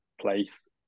place